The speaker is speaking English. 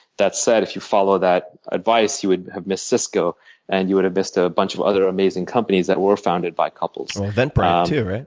that said, if you followed that advice, you would have missed cisco and you would have missed a bunch of other amazing companies that were founded by couples. evenbrite, too, right?